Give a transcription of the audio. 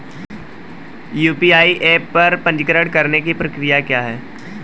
UPI app पर पंजीकरण करने की प्रक्रिया क्या है?